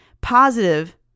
positive